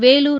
Vellore